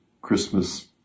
Christmas